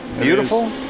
beautiful